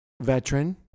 veteran